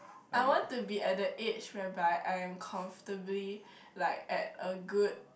I want to be at the age whereby I'm comfortably like at a good